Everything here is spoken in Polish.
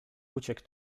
uciekł